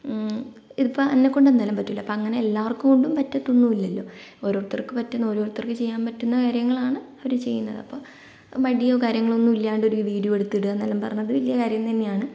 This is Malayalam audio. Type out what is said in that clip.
ഇതിപ്പോൾ എന്നെക്കൊണ്ട് എന്തായാലും പറ്റില്ല അങ്ങനെ എല്ലാവരെക്കൊണ്ടും പറ്റത്തൊന്നുമില്ലല്ലോ ഓരോരുത്തർക്ക് പറ്റുന്ന ഓരോരുത്തർക്ക് ചെയ്യാൻ പറ്റുന്ന കാര്യങ്ങളാണ് അവര് ചെയ്യുന്നത് അപ്പോൾ മടിയോ കാര്യങ്ങളോ ഒന്നും ഇല്ലാണ്ട് ഒരു വീഡിയോ എടുത്ത് ഇടുക എന്നെല്ലാം പറഞ്ഞത് വലിയ കാര്യം തന്നെയാണ്